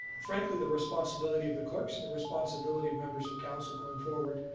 frankly the responsibility of the clerks and the responsibility of members of council going forward.